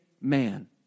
man